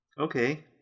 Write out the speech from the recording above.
Okay